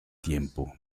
tiempo